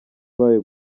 bayo